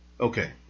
okay